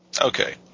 Okay